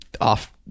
off